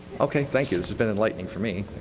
okay, thank you. this has been enlightening for me.